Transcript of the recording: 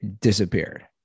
disappeared